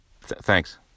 thanks